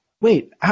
wait